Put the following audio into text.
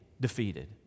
defeated